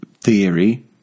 theory